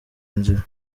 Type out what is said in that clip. inzira